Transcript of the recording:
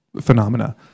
phenomena